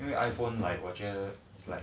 the iphone like 我觉得 is like